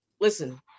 listen